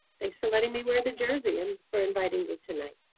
thanks for letting me wear the jersey and for inviting me tonight.